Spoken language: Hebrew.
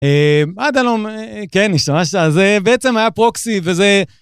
אה, עד הלום, כן, השתמשת, אז בעצם היה פרוקסי, וזה...